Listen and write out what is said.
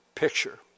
picture